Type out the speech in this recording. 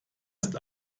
ist